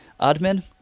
Admin